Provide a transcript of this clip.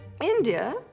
India